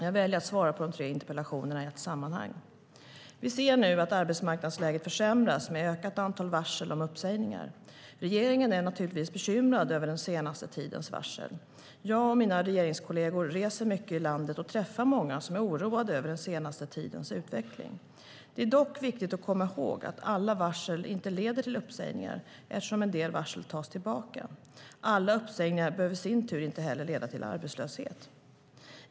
Jag väljer att svara på de tre interpellationerna i ett sammanhang. Vi ser nu att arbetsmarknadsläget försämras, med ett ökat antal varsel om uppsägningar. Regeringen är naturligtvis bekymrad över den senaste tidens varsel. Jag och mina regeringskolleger reser mycket i landet och träffar många som är oroade över den senaste tidens utveckling. Det är dock viktigt att komma ihåg att inte alla varsel leder till uppsägningar, eftersom en del varsel tas tillbaka. Alla uppsägningar behöver i sin tur inte heller leda till arbetslöshet.